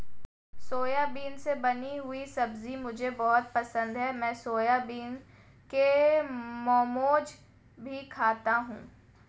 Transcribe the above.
soybean से बनी हुई सब्जी मुझे बहुत पसंद है मैं सोयाबीन के मोमोज भी खाती हूं